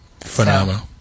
Phenomenal